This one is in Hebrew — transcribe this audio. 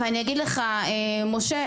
משה,